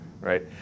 right